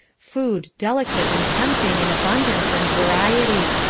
food delicate and tempting in abundance and variety.